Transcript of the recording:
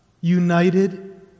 united